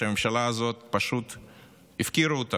שהממשלה הזאת פשוט הפקירה,